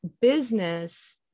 business